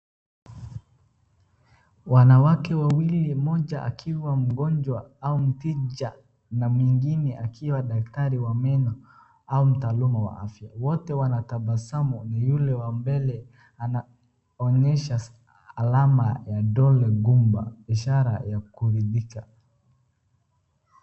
Wanawake wawili mmoja akiwa mgonjwa au mteja na mwingine akiwa daktari wa meno au mtaalum wa afya, wote wanatabasamu ni ule wa mbele anaonyesha alama ya dole gumba ishara ya kuridhika.